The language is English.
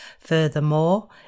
Furthermore